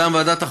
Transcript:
הודעה.